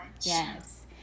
yes